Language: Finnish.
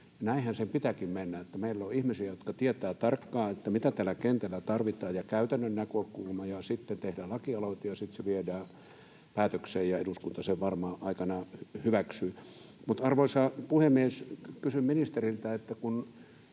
Näinhän sen pitääkin mennä, että meillä on ihmisiä, jotka tietävät tarkkaan, mitä kentällä tarvitaan, ja on käytännön näkökulma, ja sitten tehdä lakialoite ja sitten se viedään päätökseen, ja eduskunta sen varmaan aikanaan hyväksyy. Arvoisa puhemies! Kysyn ministeriltä, kun